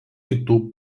kitų